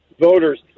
voters